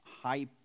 High